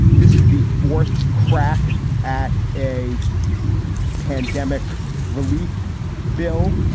this is the fourth crack at a pandemic relief bill.